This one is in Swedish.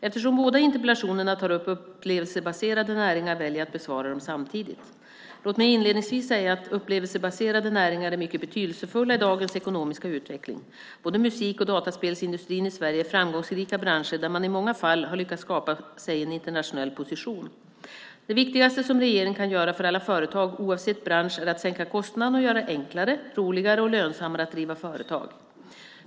Eftersom båda interpellationerna tar upp upplevelsebaserade näringar väljer jag att besvara dem samtidigt. Låt mig inledningsvis säga att upplevelsebaserade näringar är mycket betydelsefulla i dagens ekonomiska utveckling. Både musik och dataspelsindustrin i Sverige är framgångsrika branscher där man i många fall har lyckats skapa sig en internationell position. Det viktigaste som regeringen kan göra för alla företag, oavsett bransch, är att sänka kostnaderna och göra det enklare, roligare och lönsammare att driva företag.